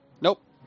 Nope